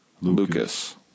Lucas